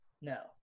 No